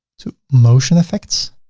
to motion effects,